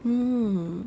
mm